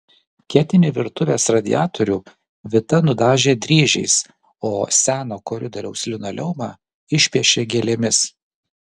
ketinį virtuvės radiatorių vita nudažė dryžiais o seną koridoriaus linoleumą išpiešė gėlėmis